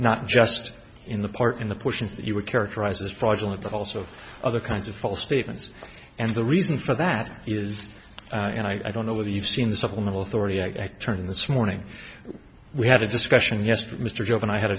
not just in the part in the portions of the you would characterize as fraudulent but also other kinds of false statements and the reason for that is and i don't know whether you've seen the supplemental authority i turn this morning we had a discussion yesterday mr jope and i had a